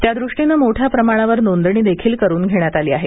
त्यादृष्टीनं मोठ्या प्रमाणावर नोंदणी देखील करून घेण्यात आली आहे